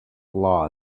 law